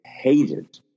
hated